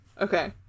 Okay